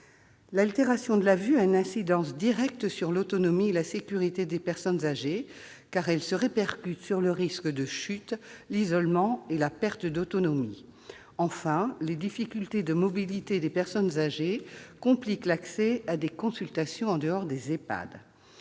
L'altération de la vue a une incidence directe sur l'autonomie et la sécurité des personnes âgées, car elle se répercute sur le risque de chutes, l'isolement et la perte d'autonomie. Enfin, les difficultés de mobilité des personnes âgées compliquent l'accès à des consultations en dehors de l'EHPAD.